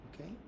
Okay